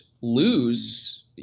lose